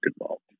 involved